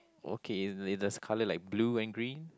okay is is the colour like blue and green